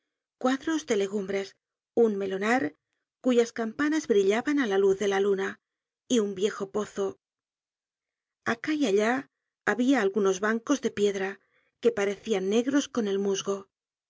cuadros de legumbres un melonar cuyas campanas brillaban á la luz de la luna y un viejo pozo acá y allá habia algunos bancos de piedra que parecian negros con el musgo